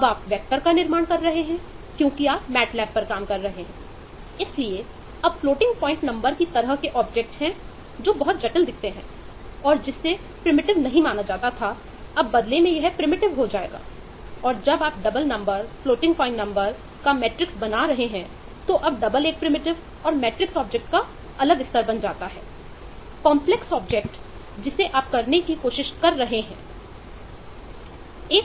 इसलिए अब floating point number की तरह के ऑब्जेक्ट जिसे आप करने की कोशिश कर रहे हैं बनाया